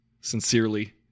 Sincerely